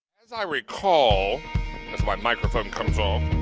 as i recall, as my microphone comes um